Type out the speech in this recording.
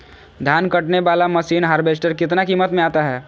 धान कटने बाला मसीन हार्बेस्टार कितना किमत में आता है?